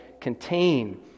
contain